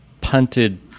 punted